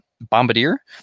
Bombardier